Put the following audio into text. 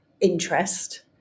interest